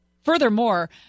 Furthermore